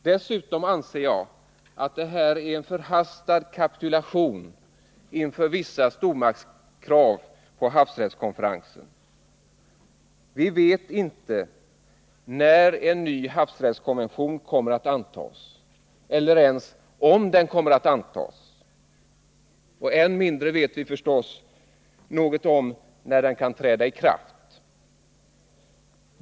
Dessutom anser jag att detta är en förhastad kapitulation inför vissa stormaktskrav på havsrättskonferensen. Vi vet i dag inte när en ny havsrättskonvention kommer att antas eller ens om den kommer att antas. Än mindre vet vi förstås något om när den kan träda i kraft.